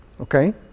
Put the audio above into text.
Okay